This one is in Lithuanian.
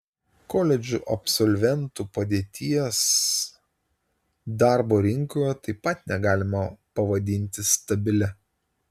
koledžų absolventų padėties darbo rinkoje taip pat negalima pavadinti stabilia